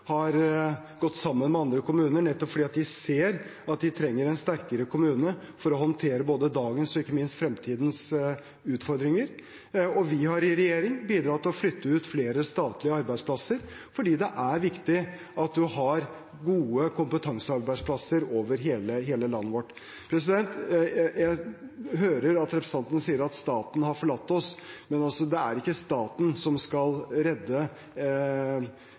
har gått sammen med andre kommuner nettopp fordi de ser at de trenger en sterkere kommune for å håndtere både dagens og ikke minst framtidens utfordringer. Vi har i regjering bidratt til å flytte ut flere statlige arbeidsplasser fordi det er viktig at vi har gode kompetansearbeidsplasser over hele landet vårt. Jeg hører at representanten sier at staten har forlatt oss. Men det er ikke staten som skal redde